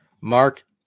Mark